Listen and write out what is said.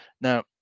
Now